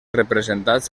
representats